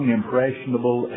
impressionable